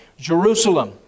Jerusalem